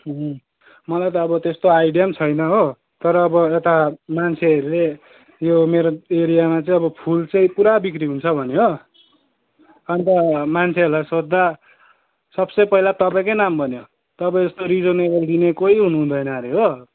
मलाई त अब त्यस्तो आइडिया पनि छैन हो तर अब यता मान्छेहरूले यो मेरो एरियामा चाहिँ अब फुल चाहिँ पुरा बिक्री हुन्छ भन्यो हो अन्त मान्छेहरूलाई सोद्धा सबसे पहिला तपाईँकै नाम भन्यो तपाईँ जस्तो रिजनेबल दिने कोही हुनुहुँदैन हरे हो